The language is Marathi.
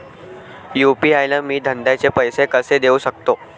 यू.पी.आय न मी धंद्याचे पैसे कसे देऊ सकतो?